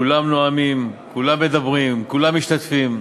כולם נואמים, כולם מדברים, כולם משתתפים.